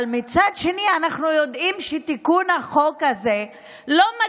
אבל מצד שני אנחנו יודעים שתיקון החוק הזה לא בא